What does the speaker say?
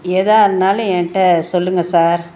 எதா இருந்தாலும் ஏன்கிட்ட சொல்லுங்கள் சார்